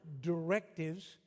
directives